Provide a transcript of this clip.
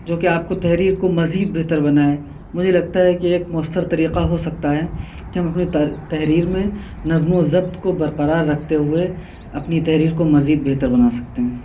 جو کہ آپ کو تحریر کو مزید بہتر بنائے مجھے لگتا ہے کہ ایک مؤثر طریقہ ہو سکتا ہے کہ ہم اپنے تار تحریر میں نظم وضبط کو برقرار رکھتے ہوئے اپنی تحریر کو مزید بہتر بنا سکتے ہیں